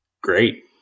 great